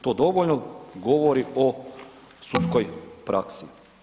To dovoljno govori o sudskoj praksi.